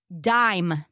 DIME